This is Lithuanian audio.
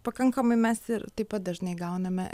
pakankamai mes ir taip pat dažnai gauname